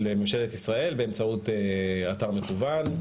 לממשלת ישראל באמצעות אתר מקוון,